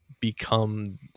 become